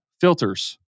filters